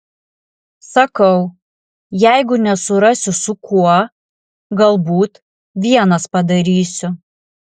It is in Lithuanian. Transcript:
sakau jeigu nesurasiu su kuo galbūt vienas padarysiu